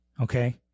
okay